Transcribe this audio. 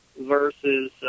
versus